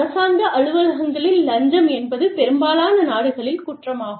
அரசாங்க அலுவலகங்களில் லஞ்சம் என்பது பெரும்பாலான நாடுகளில் குற்றமாகும்